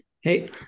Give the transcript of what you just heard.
Hey